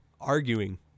arguing